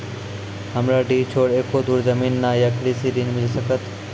हमरा डीह छोर एको धुर जमीन न या कृषि ऋण मिल सकत?